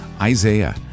Isaiah